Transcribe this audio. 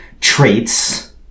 traits